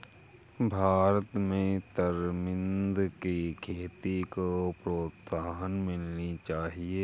भारत में तरमिंद की खेती को प्रोत्साहन मिलनी चाहिए